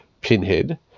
pinhead